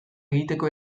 egiteko